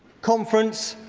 conference,